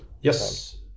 Yes